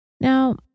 Now